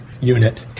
unit